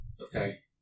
Okay